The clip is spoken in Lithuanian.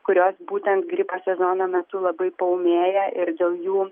kurios būtent gripo sezono metu labai paūmėja ir dėl jų